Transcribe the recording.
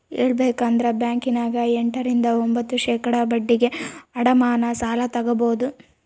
ಹೇಳಬೇಕಂದ್ರ ಬ್ಯಾಂಕಿನ್ಯಗ ಎಂಟ ರಿಂದ ಒಂಭತ್ತು ಶೇಖಡಾ ಬಡ್ಡಿಗೆ ಅಡಮಾನ ಸಾಲ ತಗಬೊದು